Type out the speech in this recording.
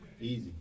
Easy